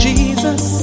Jesus